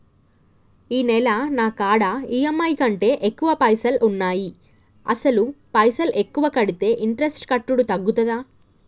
ఈ నెల నా కాడా ఈ.ఎమ్.ఐ కంటే ఎక్కువ పైసల్ ఉన్నాయి అసలు పైసల్ ఎక్కువ కడితే ఇంట్రెస్ట్ కట్టుడు తగ్గుతదా?